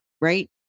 Right